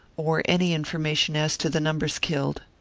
or any information as to the numbers killed.